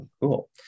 Cool